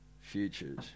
futures